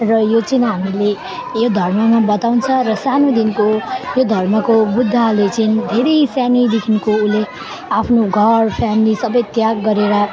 र यो चाहिँ हामीले यो धर्ममा बताउँछ र सानोदेखिको यो धर्मको बुद्धले चाहिँ धेरै सानैदेखिको उसले आफ्नो घर फ्यामिली सबै त्याग गरेर